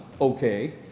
okay